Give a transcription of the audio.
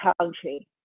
country